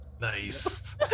nice